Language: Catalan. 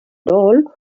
dol